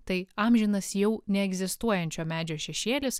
tai amžinas jau neegzistuojančio medžio šešėlis